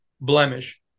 blemish